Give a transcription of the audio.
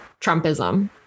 trumpism